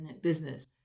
business